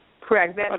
Correct